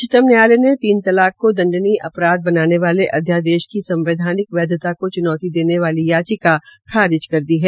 उच्चतम न्यायालय ने तीन तलाक को दंडनीय अ राध बनाने वाले अध्यादेश की संवैधानिक वैद्यता को च्नौती देने वाली याचिका खारिज कर दी है